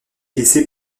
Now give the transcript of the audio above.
laissée